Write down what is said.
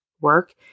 work